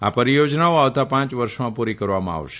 આ પરિયોજનાઓ આવતા પાંચ વર્ષમાં પૂરી કરવામાં આવશે